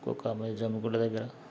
జమ్మిగుంట దగ్గర